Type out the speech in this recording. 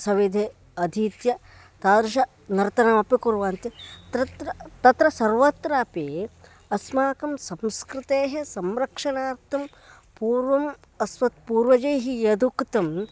सविधे अधीत्य तादृशं नर्तनमपि कुर्वन्ति तत्र तत्र सर्वत्र अपि अस्माकं संस्कृतेः संरक्षणार्थं पूर्वम् अस्मत् पूर्वजैः यदुक्तम्